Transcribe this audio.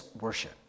worship